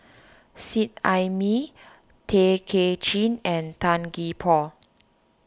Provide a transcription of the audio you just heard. Seet Ai Mee Tay Kay Chin and Tan Gee Paw